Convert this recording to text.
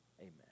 Amen